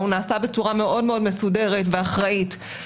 הוא נעשה בצורה מסודרת ואחראית מאוד.